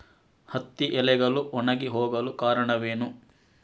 ಹತ್ತಿ ಎಲೆಗಳು ಒಣಗಿ ಹೋಗಲು ಕಾರಣವೇನು?